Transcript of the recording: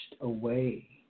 away